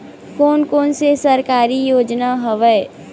कोन कोन से सरकारी योजना हवय?